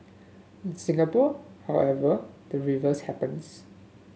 in Singapore however the reverse happens